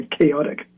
chaotic